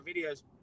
videos